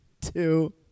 two